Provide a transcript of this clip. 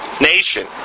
nation